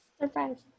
Surprise